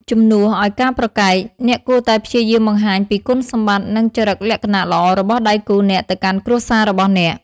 ជំនួសឲ្យការប្រកែក អ្នកគួរតែព្យាយាមបង្ហាញពីគុណសម្បត្តិ និងចរិតលក្ខណៈល្អរបស់ដៃគូអ្នកទៅកាន់គ្រួសាររបស់អ្នក។